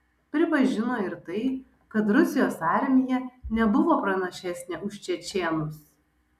pripažino ir tai kad rusijos armija nebuvo pranašesnė už čečėnus